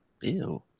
Ew